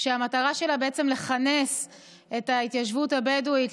המטרה שלה לכנס את ההתיישבות הבדואית,